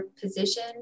position